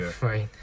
right